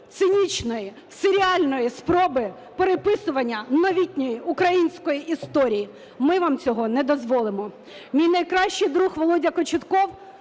цинічної, серіальної спроби переписування новітньої української історії. Ми вам цього не дозволимо! Мій найкращий друг Володя Кочетков,